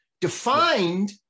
defined